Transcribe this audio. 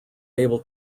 able